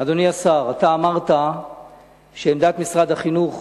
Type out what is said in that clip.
אדוני השר, אתה אמרת שעמדת משרד החינוך,